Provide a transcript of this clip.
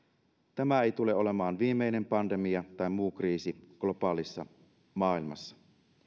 tämä ei tule olemaan viimeinen pandemia tai muu kriisi globaalissa maailmassa